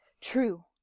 True